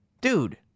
Dude